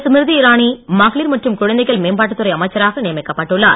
ஸ்மிரிதி இரானி மகளிர் மற்றும் குழந்தைகள் மேம்பாட்டுத்துறை அமைச்சராக நியமிக்கப்பட்டுள்ளார்